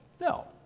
No